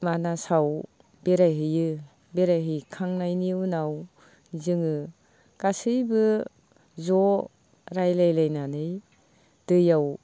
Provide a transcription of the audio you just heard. मानासाव बेरायहैयो बेराय हैखांनायनि उनाव जोङो गासैबो ज' रायज्लायलायनानै दैयाव